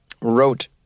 wrote